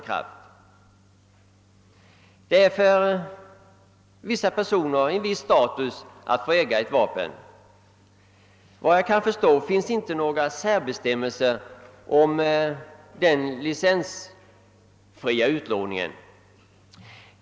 Det innebär för en del personer en viss status att få äga ett vapen. Såvitt vad jag förstår finns det inga särbestämmelser om den licensfria utlåningen.